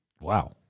Wow